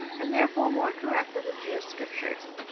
and therefore more correct than the jewish scriptures.